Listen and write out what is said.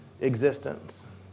existence